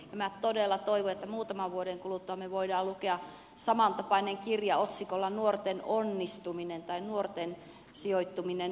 minä todella toivon että muutaman vuoden kuluttua me voimme lukea samantapaisen kirjan otsikolla nuorten onnistuminen tai nuorten sijoittuminen yhteiskuntaan